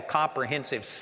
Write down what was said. comprehensive